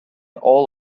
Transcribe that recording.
all